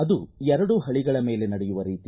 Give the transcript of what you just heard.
ಅದು ಎರಡು ಹಳಿಗಳ ಮೇಲೆ ನಡೆಯುವ ರೀತಿ